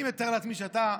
אני מתאר לעצמי שאתה,